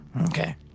Okay